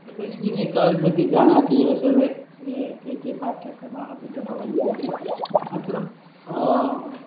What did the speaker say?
तथा engineering college मध्ये जानाति एव सर्वे के के पाठ्यक्रमाः तत्र भवन्ति इति अनन्तरं